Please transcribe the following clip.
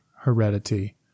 heredity